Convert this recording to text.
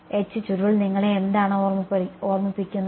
H ചുരുൾ നിങ്ങളെ എന്താണ് ഓർമ്മിപ്പിക്കുന്നത്